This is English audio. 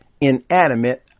inanimate